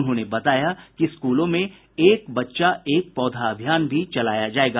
उन्होंने बताया कि स्कूलों में एक बच्चा एक पौधा अभियान भी चलाया जायेगा